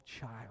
child